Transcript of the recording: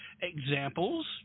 Examples